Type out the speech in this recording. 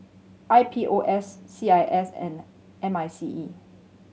I P O S C I S and M I C E